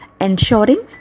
ensuring